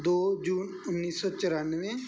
ਦੋ ਜੂਨ ਉੱਨੀ ਸੌ ਚੁਰਾਨਵੇਂ